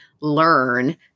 learn